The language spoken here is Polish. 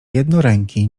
jednoręki